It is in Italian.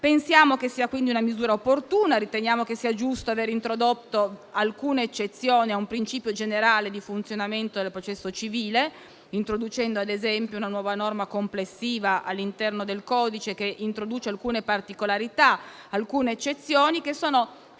Pensiamo quindi che sia una misura opportuna e riteniamo sia giusto aver introdotto alcune eccezioni a un principio generale di funzionamento del processo civile, introducendo ad esempio una nuova norma complessiva all'interno del codice, che introduce alcune particolarità e alcune eccezioni,